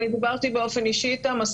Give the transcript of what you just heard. אני דיברתי באופן אישי איתם,